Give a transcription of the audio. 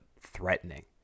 threatening